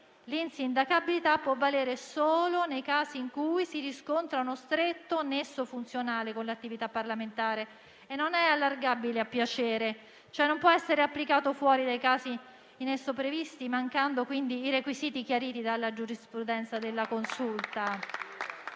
l'insindacabilità può valere solo nei casi in cui si riscontra uno stretto nesso funzionale con l'attività parlamentare e non è allargabile a piacere, cioè non può essere applicata fuori dai casi previsti, mancando quindi i requisiti chiariti dalla giurisprudenza della Consulta,